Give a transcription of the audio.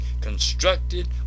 constructed